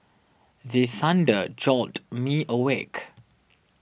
the thunder jolt me awake